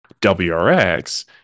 WRX